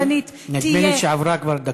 והפרטנית תהיה, נדמה לי שעברה כבר דקה.